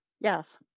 Yes